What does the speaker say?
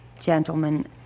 Gentlemen